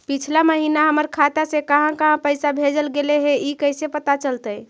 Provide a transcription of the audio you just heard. पिछला महिना हमर खाता से काहां काहां पैसा भेजल गेले हे इ कैसे पता चलतै?